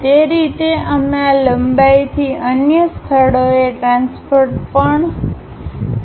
તે રીતે અમે આ લંબાઈથી અન્ય સ્થળોએ ટ્રાન્સફર પણ કરીએ છીએ